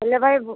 ହେଲେ ଭାଇ